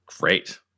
Great